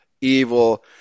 evil